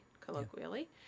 colloquially